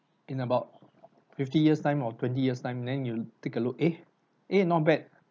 in about fifty years time or twenty years time then you take a look eh eh not bad